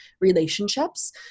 relationships